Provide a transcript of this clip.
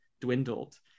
dwindled